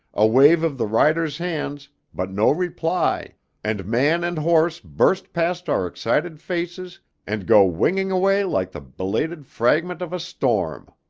a wave of the rider's hands but no reply and man and horse burst past our excited faces and go winging away like the belated fragment of a storm!